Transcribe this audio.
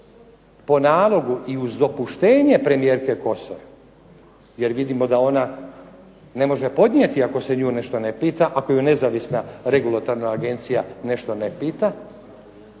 po nalogu i uz dopuštenje premijerke Kosor jer vidimo da ona ne može podnijeti ako se nju nešto ne pita, ako ju nezavisna regulatorna agencija nešto ne pita,